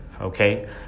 Okay